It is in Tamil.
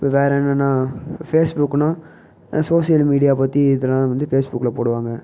வேற என்னன்னா ஃபேஸ் புக்குனா சோஷியல் மீடியாவை பற்றி இதெலாம் வந்து ஃபேஸ் புக்கில் போடுவாங்கள்